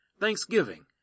thanksgiving